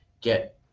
get